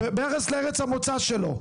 ביחס לארץ המוצא שלו.